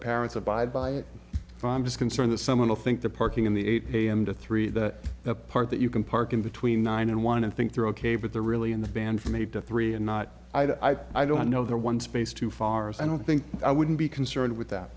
parents abide by it if i'm just concerned that someone will think the parking in the eight am to three that the part that you can park in between nine and one and think they're ok but they're really in the band from eight to three and not i don't know their one space too far as i don't think i wouldn't be concerned with that